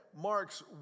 marks